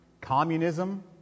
Communism